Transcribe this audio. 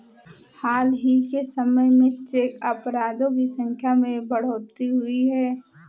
हाल ही के समय में चेक अपराधों की संख्या में बढ़ोतरी हुई है